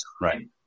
Right